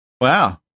Wow